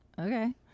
Okay